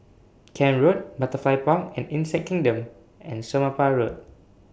Camp Road Butterfly Park and Insect Kingdom and Somapah Road